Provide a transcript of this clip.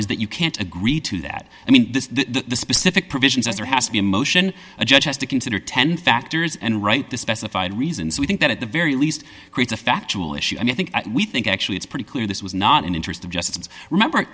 is that you can't agree to that i mean the specific provisions that there has to be a motion a judge has to consider ten factors and write the specified reasons we think that at the very least creates a factual issue and i think we think actually it's pretty clear this was not an interest of justice remember